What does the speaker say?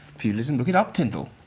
feudalism. look it up, tindall.